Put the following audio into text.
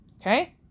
Okay